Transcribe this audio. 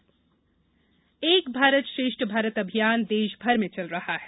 एक भारत श्रेष्ठ भारत एक भारत श्रेष्ठ भारत अभियान देश भर में चल रहा है